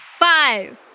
Five